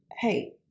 hey